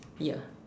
ya